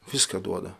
viską duoda